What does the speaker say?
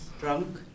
drunk